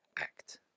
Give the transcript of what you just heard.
act